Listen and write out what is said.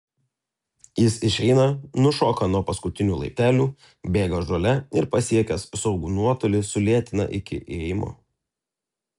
jis išeina nušoka nuo paskutinių laiptelių bėga žole ir pasiekęs saugų nuotolį sulėtina iki ėjimo